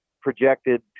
projected